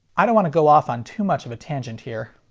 i don't want to go off on too much of a tangent here.